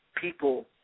People